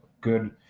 good –